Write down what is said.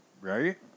right